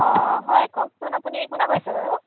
অঁ হয় কওকচোন আপুনি কোনে কৈছে বাৰু